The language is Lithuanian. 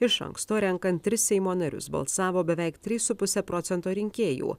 iš anksto renkant tris seimo narius balsavo beveik trys su puse procento rinkėjų